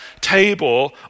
table